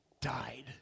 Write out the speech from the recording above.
died